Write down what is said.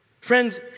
Friends